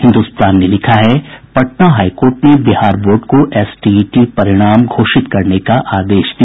हिन्दुस्तान ने लिखा है पटना हाईकोर्ट ने बिहार बोर्ड को एसटीईटी का परिणाम घोषित करने का आदेश दिया